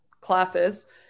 classes